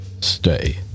stay